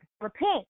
repent